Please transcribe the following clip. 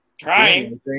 Trying